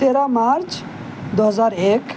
تیرہ مارچ دو ہزار ایک